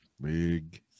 Big